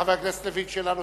חבר הכנסת לוין,